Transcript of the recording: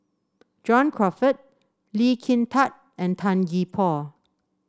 John Crawfurd Lee Kin Tat and Tan Gee Paw